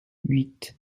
huit